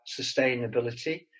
sustainability